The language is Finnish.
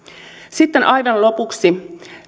sitten aivan lopuksi